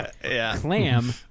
Clam